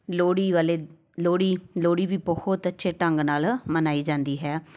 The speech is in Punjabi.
ਲੋਹੜੀ ਵਾਲੇ ਲੋਹੜੀ ਲੋਹੜੀ ਵੀ ਬਹੁਤ ਅੱਛੇ ਢੰਗ ਨਾਲ ਮਨਾਈ ਜਾਂਦੀ ਹੈ